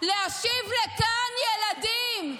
להשיב לכאן ילדים.